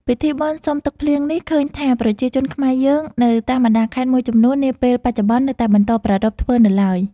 ពិធីបុណ្យសុំទឹកភ្លៀងនេះ ឃើញថាប្រជាជនខ្មែរយើងនៅតាមបណ្តាខេត្តមួយចំនួននាពេលបច្ចុប្បន្ននៅតែបន្តប្រារព្ធធ្វើនៅឡើយ ។